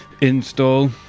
install